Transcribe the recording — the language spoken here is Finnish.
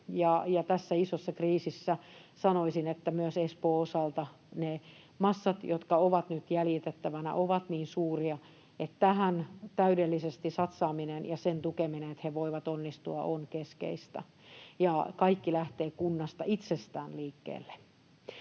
tässä isossa kriisissä sanoisin, että myös Espoon osalta ne massat, jotka ovat nyt jäljitettävänä, ovat niin suuria, että tähän satsaaminen täydellisesti ja sen tukeminen, että he voivat onnistua, on keskeistä. Kaikki lähtee kunnasta itsestään liikkeelle.